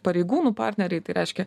pareigūnų partneriai tai reiškia